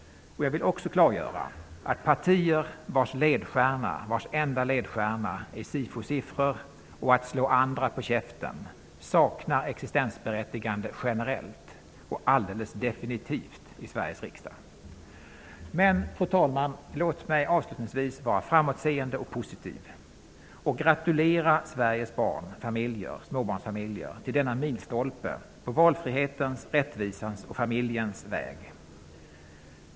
Jag vill också klargöra att partier vars enda ledstjärna är att få bra SIFO-siffror och att slå andra på käften saknar existensberättigande generellt och alldeles definitivt i Sveriges riksdag. Fru talman! Låt oss avslutningsvis vara framåtseende och positiv och gratulera Sveriges barn och småbarnsfamiljer till denna milstolpe på valfrihetens, rättvisans och familjens väg.